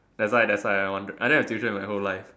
that's why that's why I wonder I don't have tuition in my whole life